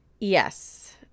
Yes